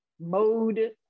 Mode